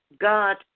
God